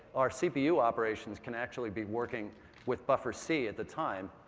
our cpu operations can actually be working with buffer c at the time,